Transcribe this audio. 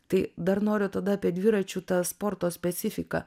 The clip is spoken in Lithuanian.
tai dar noriu tada apie dviračių tą sporto specifiką